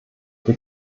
wir